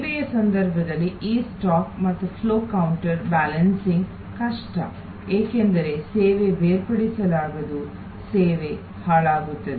ಸೇವೆಯ ಸಂದರ್ಭದಲ್ಲಿ ಈ ಸ್ಟಾಕ್ ಮತ್ತು ಫ್ಲೋ ಕೌಂಟರ್ ಬ್ಯಾಲೆನ್ಸಿಂಗ್ ಕಷ್ಟ ಏಕೆಂದರೆ ಸೇವೆ ಬೇರ್ಪಡಿಸಲಾಗದು ಸೇವೆ ಹಾಳಾಗುತ್ತದೆ